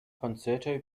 concerto